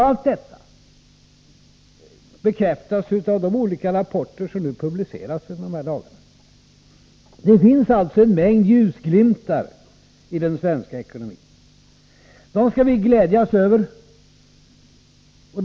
Allt detta bekräftas av de olika rapporter som i dessa dagar publiceras. Det finns alltså en mängd ljusglimtar i den svenska ekonomin. Dem skall vi glädjas åt.